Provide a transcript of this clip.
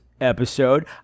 episode